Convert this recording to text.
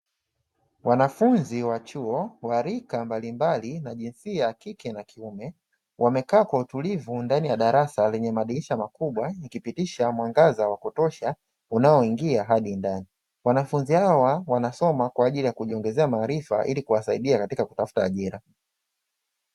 Wanafunzi wa chuo wa rika mbalimbali na jinsia ya kike na kiume, wamekaa kwa utulivu ndani ya darasa lenye madirisha makubwa ukipitisha mwangaza wa kutosha unaoingia hadi ndani, wanafunzi hawa wanasoma kwa ajili ya kujiongezea maarifa ili kuwasadia katika kutafuta ajira.